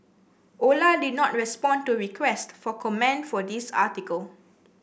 Ola did not respond to requests for comment for this article